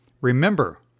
Remember